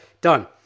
done